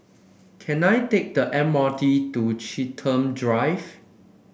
can I take the M R T to Chiltern Drive